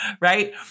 right